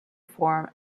form